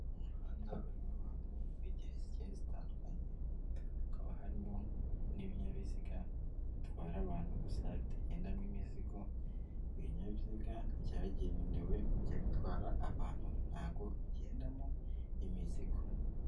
Umuhanda urimo abantu b'ingeri zigiye zitandukanye, hakaba harimo n'ibinyabiziga bitwara abantu gusa bitagendamo imizigo, ibinyabiziga byagenewe kujya bitwara abantu ntago bigendamo imizigo.